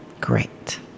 Great